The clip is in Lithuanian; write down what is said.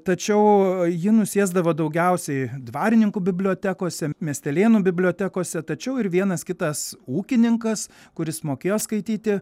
tačiau ji nusėsdavo daugiausiai dvarininkų bibliotekose miestelėnų bibliotekose tačiau ir vienas kitas ūkininkas kuris mokėjo skaityti